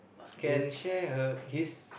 can share her his